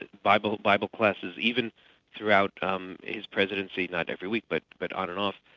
and bible bible classes, even throughout um his presidency. not every week, but but on and off,